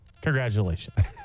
congratulations